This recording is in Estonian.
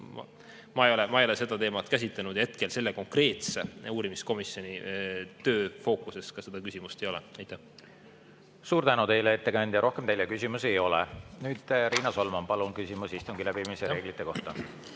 Ma ei ole seda teemat käsitlenud ja hetkel selle konkreetse uurimiskomisjoni töö fookuses ka seda küsimust ei ole. Suur tänu teile, ettekandja! Rohkem teile küsimusi ei ole. Nüüd, Riina Solman, palun! Küsimus istungi läbiviimise reeglite kohta.